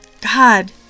god